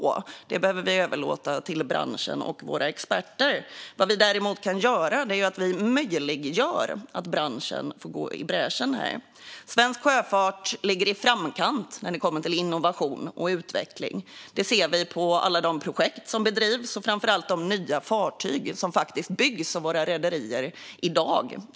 Det behöver vi överlåta till branschen och våra experter. Vad vi däremot kan göra är att möjliggöra för branschen att gå i bräschen. Svensk sjöfart ligger i framkant när det kommer till innovation och utveckling. Hur långt de verkligen har kommit ser vi på alla de projekt som bedrivs och framför allt de nya fartyg som faktiskt byggs av våra rederier i dag.